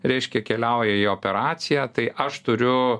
reiškia keliauja į operaciją tai aš turiu